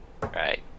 Right